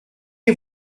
est